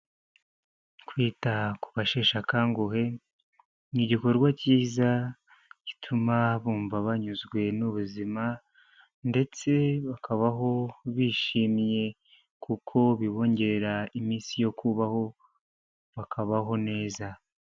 Kwita kubasheshe akanguhe; ni igikorwa cyiza gituma bumva banyuzwe n'ubuzima, ndetse bakabaho bishimye, kuko bibongerera iminsi yo kubaho bakabaho neza.